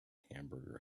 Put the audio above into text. hamburger